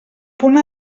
punt